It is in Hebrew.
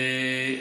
תראי,